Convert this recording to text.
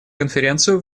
конференцию